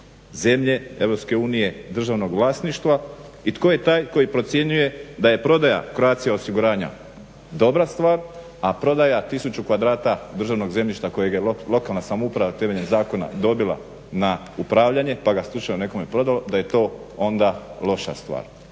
zemlje EU državnog vlasništva, i tko je taj koji procjenjuje da je prodaja Croatia osiguranja dobra stvar, a prodaja tisuću kvadrata državnog zemljišta kojeg je lokalna samouprava temeljem zakona dobila na upravljanje pa ga slučajno nekome prodala da je to onda loša stvar?